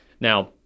Now